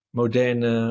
moderne